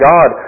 God